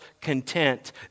content